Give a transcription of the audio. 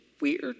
Weird